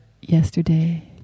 Yesterday